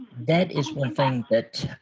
that is one thing that